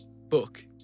book